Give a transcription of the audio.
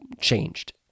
changed